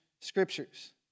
scriptures